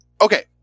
Okay